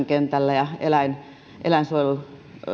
kentällä ja eläinsuojelusta